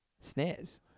Snares